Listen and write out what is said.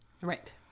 Right